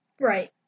Right